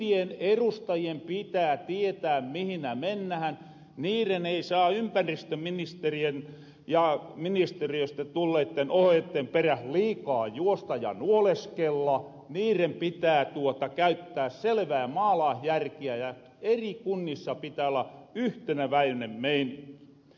kuntien erustajien pitää tietää mihinnä mennähän niiren ei pidä ympäristöministerien ja ministeriöistä tulleitten ohjeitten peräs liikaa juosta ja nuoleskella niiren pitää käyttää selvää maalaisjärkeä ja eri kunnissa pitää olla yhteneväinen meininki